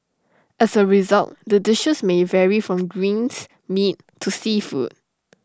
as A result the dishes may vary from greens meat to seafood